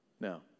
Now